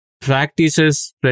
practices